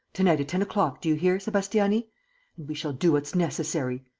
to-night, at ten o'clock, do you hear, sebastiani. and we shall do what's necessary.